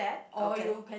okay